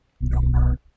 Number